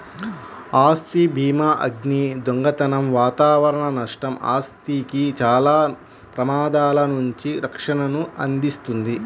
ఆస్తి భీమాఅగ్ని, దొంగతనం వాతావరణ నష్టం, ఆస్తికి చాలా ప్రమాదాల నుండి రక్షణను అందిస్తుంది